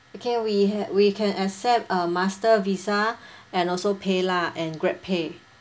okay we have we can accept uh Master Visa and also paylah and grab pay